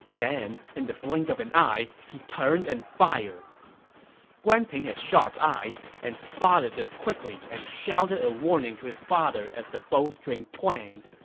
then, in the blink of an eye, he turned and fired guan ping had sharp eyes and spotted this quickly and shouted a warning to his father as the bowstring twanged.